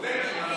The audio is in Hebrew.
הנורבגים.